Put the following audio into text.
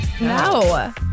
No